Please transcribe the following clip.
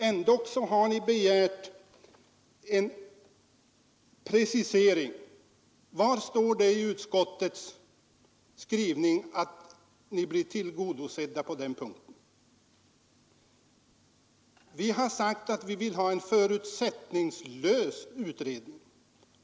Ändå har ni begärt en precisering av 1 §. Var står det i utskottets skrivning att ni blir tillgodosedda på den punkten? Vi har sagt att vi vill ha en förutsättningslös utredning.